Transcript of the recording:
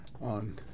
on